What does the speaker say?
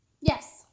Yes